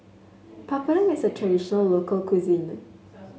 papadum is a traditional local cuisine